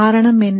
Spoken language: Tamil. காரணம் என்ன